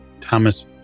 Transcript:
Thomas